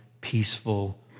peaceful